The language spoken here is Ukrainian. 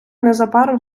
незабаром